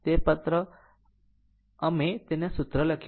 તે પત્ર અમે તેને આ સૂત્ર લખ્યું છે